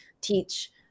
teach